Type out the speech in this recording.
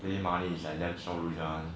play money is like damn sure lose one